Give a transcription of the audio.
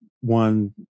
one